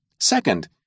Second